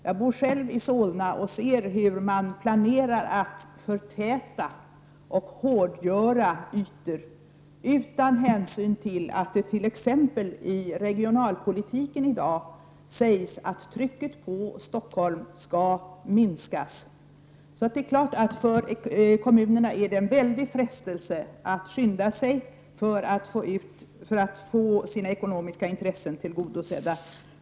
Jag bor själv i Solna och ser hur man planerar att förtäta och hårdgöra ytor utan hänsyn till att man t.ex. i regionalpolitiken i dag säger att trycket på Stockholm skall minskas. Det är klart att det är en stor frestelse för kommunerna att skynda sig för att få sina ekonomiska intressen tillgodosedda.